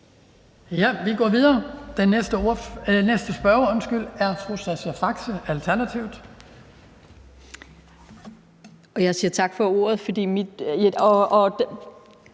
Vi går videre. Den næste spørger er fru Sascha Faxe, Alternativet. Kl. 19:07 Sascha Faxe